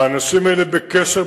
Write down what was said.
האנשים האלה בקשר,